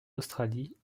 australie